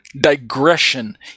digression